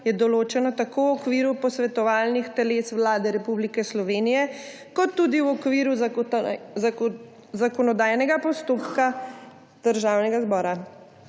je določeno tako v okviru posvetovalnih teles Vlade Republike Slovenije kot tudi v okviru zakonodajnega postopka Državnega zbora.